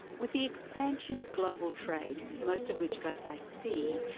with the expansion of global trade, most of which goes by sea,